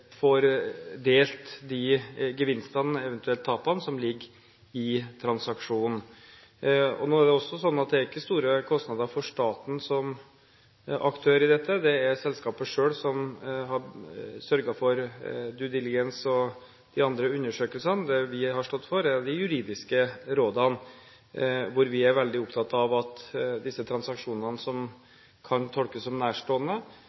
gevinstene – eventuelt tapene – som ligger i transaksjonen. Det er også slik at det ikke er store kostnader for staten som aktør i dette. Det er selskapet selv som sørger for «due diligence» og andre undersøkelser. Det vi har stått for, er de juridiske rådene. Vi er veldig opptatt av at disse transaksjonene, som kan tolkes som nærstående,